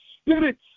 spirit